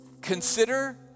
Consider